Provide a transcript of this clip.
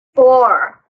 four